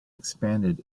expanded